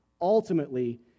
Ultimately